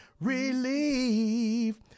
relief